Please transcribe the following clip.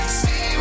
see